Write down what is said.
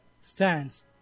stands